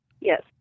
Yes